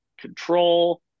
control